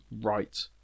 right